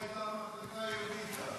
איפה הייתה המחלקה היהודית אז?